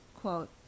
Quote